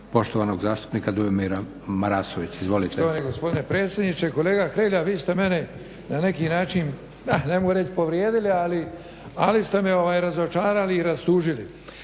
poštovanog zastupnika Dujomira Marasovića. Izvolite.